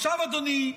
עכשיו, אדוני,